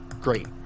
great